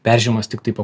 peržiūrimas tiktai po